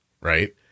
right